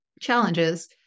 challenges